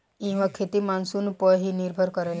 इहवा खेती मानसून पअ ही निर्भर करेला